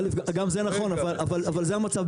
גם זה נכון, אבל זה המצב.